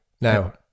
Now